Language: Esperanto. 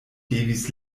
devis